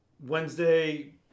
Wednesday